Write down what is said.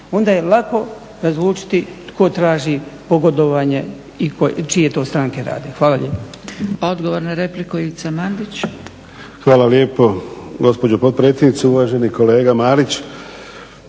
Onda je lako razlučiti tko traži pogodovanje i čije to stranke rade. Hvala lijepo.